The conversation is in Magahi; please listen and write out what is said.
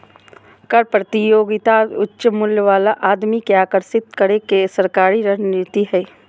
कर प्रतियोगिता उच्च मूल्य वाला आदमी के आकर्षित करे के सरकारी रणनीति हइ